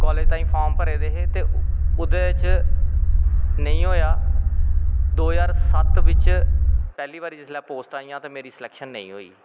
college तांई form भरे दे हे ओह्दै च नेंई होया दो ज्हार सत्त बिच्च पैह्ली बारी जिसलै पोस्टां आईयां ते मेरी स्लैक्शन नेंई होई